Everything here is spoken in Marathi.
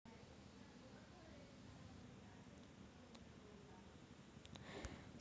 सर्वात मूलभूत पातळीवर सामाजिक उद्योजक आकर्षकतेबद्दल स्वाभाविकपणे मनोरंजक असतात